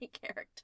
character